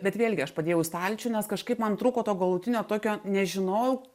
bet vėlgi aš padėjau į stalčių nes kažkaip man trūko to galutinio tokio nežinojau